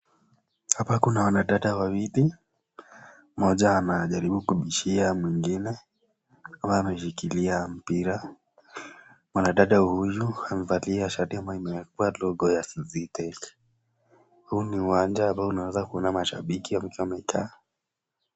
Hapa kuna wanadada wawili, mmoja anajaribu kubishia mwengine akiwa ameshikilia mpira. Mwanadada huyu amevaa shati ambayo imewekwa logo ya Zetech. Huu ni uwanja, unaweza kuona mashabiki wakiwa wamekaa.